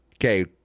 Okay